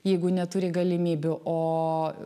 jeigu neturi galimybių o